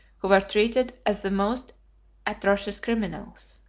who were treated as the most atrocious criminals.